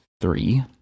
three